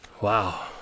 Wow